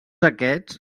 aquests